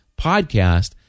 podcast